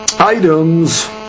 Items